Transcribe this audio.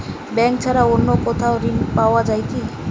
Bank ছাড়া অন্য কোথাও ঋণ পাওয়া যায় কি?